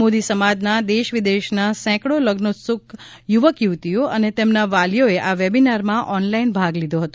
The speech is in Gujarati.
મોદી સમાજનાં દેશવિદેશનાં સેંકડો લઝ્નોત્સુક યુવક યુવતીઓ અને તેમનાં વાલીઓએ આ વેબીનારમાં ઓનલાઇન ભાગ લીધો હતો